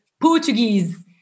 Portuguese